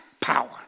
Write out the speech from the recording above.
power